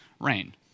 rain